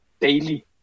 daily